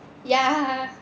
ya